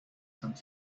some